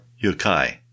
yukai